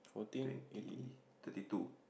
twenty thirty two